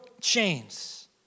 chains